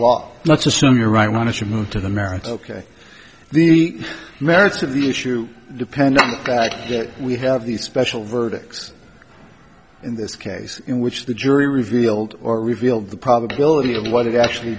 law let's assume you're right i want to move on to the merits ok the merits of the issue depend on the fact that we have these special verdicts in this case in which the jury revealed or revealed the probability of what it actually